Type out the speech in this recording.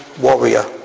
warrior